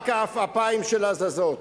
רק העפעפיים שלה זזים.